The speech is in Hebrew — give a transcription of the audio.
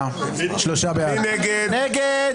מי נמנע?